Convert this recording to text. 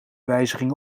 wijzigen